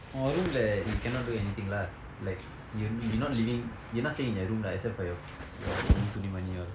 உன்:un room இல்ல:illa you cannot do anything lah like you you're not living you're not staying in your room lah except for your your own துணி:thuni money all